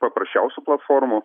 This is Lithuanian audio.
paprasčiausių platformų